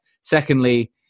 secondly